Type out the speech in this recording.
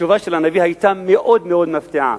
התשובה של הנביא היתה מאוד מאוד מפתיעה.